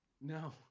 No